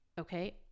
Okay